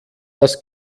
das